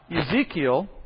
Ezekiel